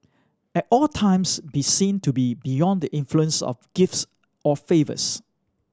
at all times be seen to be beyond the influence of gifts or favours